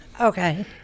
Okay